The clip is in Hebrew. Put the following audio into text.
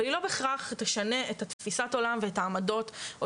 אבל היא לא בהכרח תשנה את תפיסת העולם ואת העמדות או